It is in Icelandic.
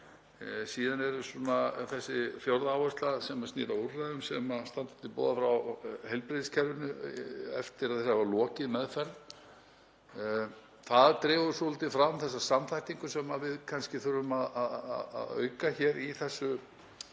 Síðan er það þessi fjórða áhersla sem snýr að úrræðum sem standa til boða frá heilbrigðiskerfinu eftir að hafa lokið meðferð. Það dregur svolítið fram þessa samþættingu sem við kannski þurfum að auka hér í þessu